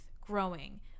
growing